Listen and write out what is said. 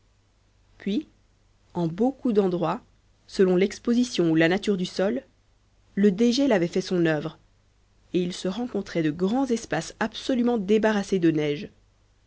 puis en beaucoup d'endroits selon l'exposition ou la nature du sol le dégel avait fait son œuvre et il se rencontrait de grands espaces absolument débarrassés de neige